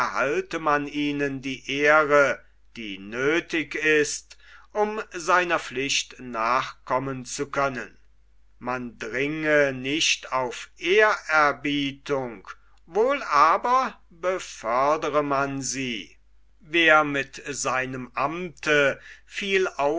erhalte man ihnen die ehre die nöthig ist um seiner pflicht nachkommen zu können man dringe nicht auf ehrerbietung wohl aber befördere man sie wer mit seinem amte viel